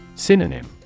Synonym